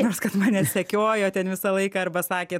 nors kad mane sekioja ten visą laiką arba sakėt